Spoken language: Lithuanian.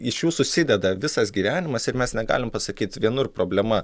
iš jų susideda visas gyvenimas ir mes negalim pasakyt vienur problema